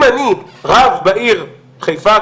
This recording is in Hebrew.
אם אני רב בעיר חיפה,